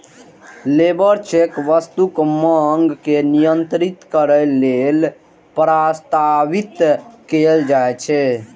labour check वस्तुक मांग के नियंत्रित करै लेल प्रस्तावित कैल जाइ छै